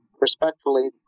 respectfully